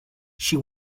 she